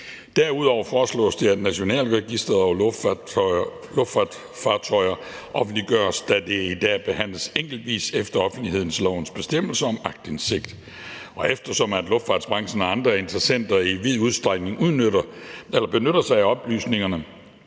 Derudover foreslås det, at nationalitetsregistret over luftfartøjer offentliggøres, da det i dag behandles enkeltvis efter offentlighedslovens bestemmelser om aktindsigt. Eftersom luftfartsbranchen og andre interessenter i vid udstrækning benytter sig af oplysningerne,